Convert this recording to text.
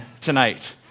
tonight